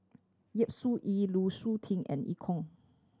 Yap Su Yin Lu Suitin and Eu Kong